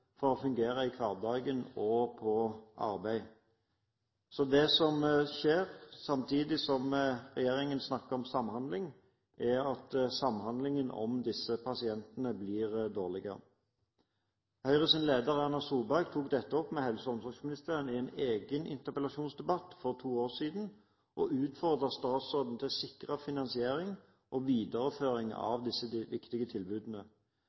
for å fungere i hverdagen og på arbeid. Så det som skjer samtidig som regjeringen snakker om samhandling, er at samhandlingen om disse pasientene blir dårligere. Høyres leder, Erna Solberg, tok dette opp med helse- og omsorgsministeren i en egen interpellasjonsdebatt for to år siden og utfordret statsråden på å sikre finansiering og videreføring av disse viktige tilbudene.